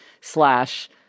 slash